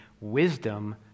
wisdom